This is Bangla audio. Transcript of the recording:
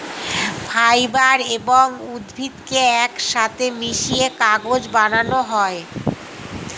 ফাইবার এবং উদ্ভিদকে একসাথে মিশিয়ে কাগজ বানানো হয়